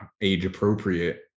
age-appropriate